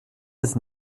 des